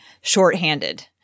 shorthanded